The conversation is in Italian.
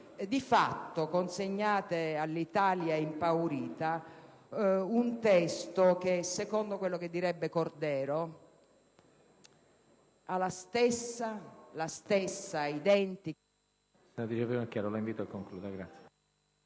di fatto consegnate all'Italia impaurita un testo che, secondo quello che direbbe Cordero, ha la stessa identica